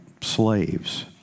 slaves